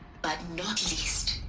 but not least.